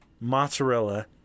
mozzarella